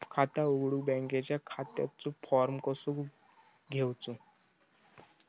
खाता उघडुक बँकेच्या खात्याचो फार्म कसो घ्यायचो?